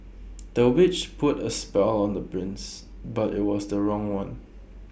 the witch put A spell on the prince but IT was the wrong one